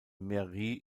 mairie